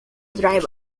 drive